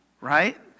right